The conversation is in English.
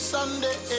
Sunday